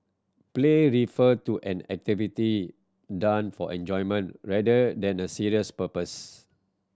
play refer to an activity done for enjoyment rather than a serious purpose